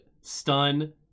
stun